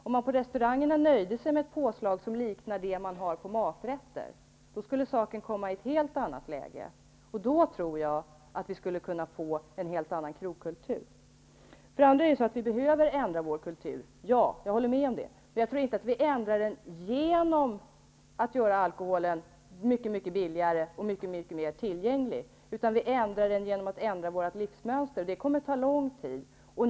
Om man på restaurangerna nöjde sig med ett påslag som liknar det som man har på maträtterna, skulle saken komma i ett helt annat läge. Då tror jag att vi skulle kunna få en helt annan krogkultur. Jag håller med om att vi behöver ändra vår kultur. Men jag tror inte att vi ändrar den genom att göra alkoholen mycket billigare och mycket mer tillgänglig. Jag tror att vi ändrar den genom att ändra vårt livsmönster. Det kommer att ta lång tid.